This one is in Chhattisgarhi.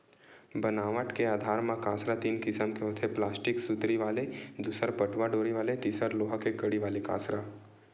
बनावट के आधार म कांसरा तीन किसम के होथे प्लास्टिक सुतरी वाले दूसर पटवा डोरी वाले तिसर लोहा के कड़ी वाले कांसरा